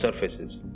surfaces